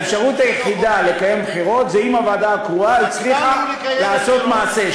האפשרות היחידה לקיים בחירות היא אם הוועדה הקרואה הצליחה לעשות מעשה,